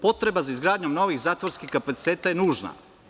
Potreba za izgradnjom novih zatvorskih kapaciteta je nužna.